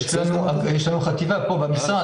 הם נמצאים גם בקריית שמונה,